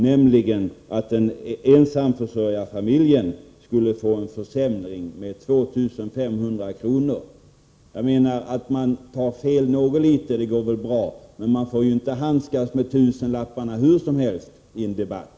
Han sade då att ensamförsörjarfamiljen skulle få en försämring med 2 500 kr. Att ta fel något litet går väl an, men man får inte handskas med tusenlappparna hur som helst i en debatt.